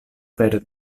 pere